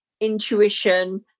intuition